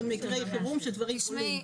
במקרי חירום שדברים קורים.